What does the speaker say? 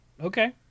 okay